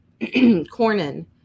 Cornyn